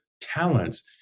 talents